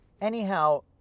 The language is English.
anyhow